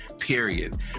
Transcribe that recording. period